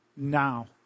now